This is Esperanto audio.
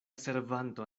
servanto